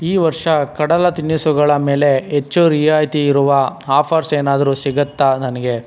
ಈ ವರ್ಷ ಕಡಲ ತಿನಿಸುಗಳ ಮೇಲೆ ಹೆಚ್ಚು ರಿಯಾಯಿತಿ ಇರುವ ಆಫರ್ಸ್ ಏನಾದರೂ ಸಿಗುತ್ತಾ ನನಗೆ